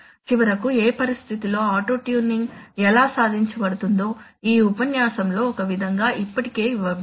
చివరకు ఏ పరిస్థితిలో ఆటో ట్యూనింగ్ ఎలా సాధించబడుతుందో ఈ ఉపన్యాసంలో ఒక విధానం ఇప్పటికే ఇవ్వబడింది